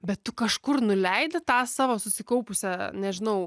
bet tu kažkur nuleidi tą savo susikaupusią nežinau